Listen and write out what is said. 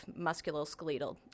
musculoskeletal